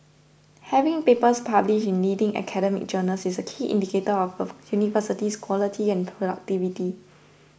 having papers published in leading academic journals is a key indicator of of university's quality and productivity